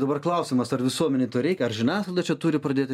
dabar klausimas ar visuomenei to reikia ar žiniasklaida čia turi pradėti